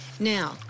Now